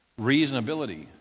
Reasonability